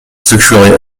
sexually